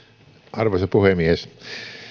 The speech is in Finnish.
arvoisa puhemies